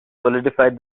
solidified